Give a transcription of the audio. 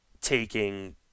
taking